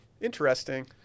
Interesting